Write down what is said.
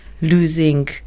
losing